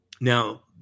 Now